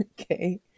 Okay